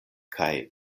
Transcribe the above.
kaj